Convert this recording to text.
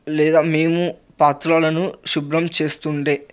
లేదా మేము పాత్రలను శుభ్రం చేస్తుండే